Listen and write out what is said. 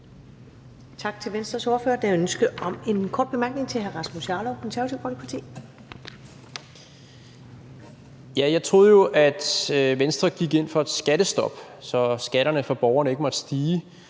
Tak til Venstres ordfører. Der er ønske om en kort bemærkning til hr. Rasmus Jarlov, Det Konservative Folkeparti. Kl. 19:21 Rasmus Jarlov (KF): Jeg troede jo, at Venstre gik ind for et skattestop, så skatterne for borgerne ikke måtte stige,